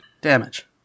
damage